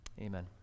amen